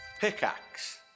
pickaxe